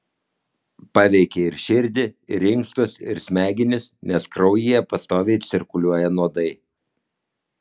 paveikia ir širdį ir inkstus ir smegenis nes kraujyje pastoviai cirkuliuoja nuodai